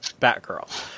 Batgirl